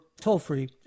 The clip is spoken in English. toll-free